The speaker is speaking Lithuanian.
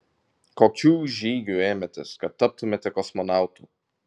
kokių žygių ėmėtės kad taptumėte kosmonautu